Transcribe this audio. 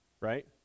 right